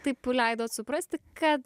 taip leidot suprasti kad